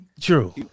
True